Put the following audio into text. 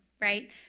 right